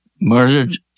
murdered